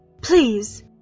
Please